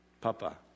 Papa